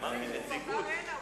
אמרתי: נציגות.